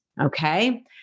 Okay